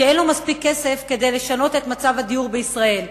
שאין לו מספיק כסף כדי לשנות את מצב הדיור בישראל,